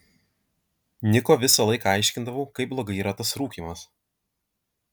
niko visą laiką aiškindavau kaip blogai yra tas rūkymas